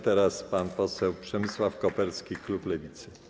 Teraz pan poseł Przemysław Koperski, klub Lewicy.